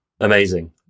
Amazing